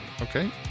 okay